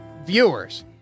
viewers